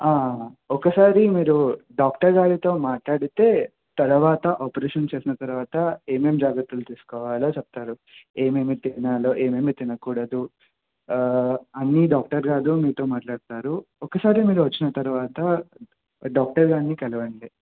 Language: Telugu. ఒకసారి మీరు డాక్టర్ గాారితో మాట్లాడితే తర్వాత ఆపరేషన్ చేసిన తర్వాత ఏమేమి జాగ్రత్తలు తీసుకోవాలో చెప్తారు ఏమేమి తినలో ఏమేమి తినకూడదు అన్నీ డాక్టర్ గారు మీతో మాట్లాడతారు ఒకసారి మీరు వచ్చిన తర్వాత డాక్టర్ గారిని కలవండి